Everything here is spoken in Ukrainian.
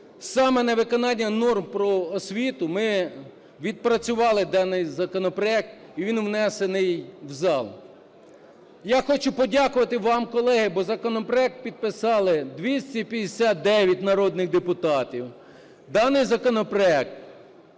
Саме на виконання норм про освіту ми відпрацювали даний законопроект, і він внесений в зал. Я хочу подякувати вам, колеги, бо законопроект підписали 259 народних депутатів.